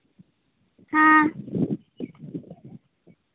ᱦᱮᱸ